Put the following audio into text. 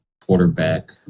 quarterback